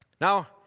Now